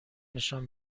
نشان